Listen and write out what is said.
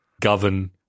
govern